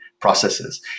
processes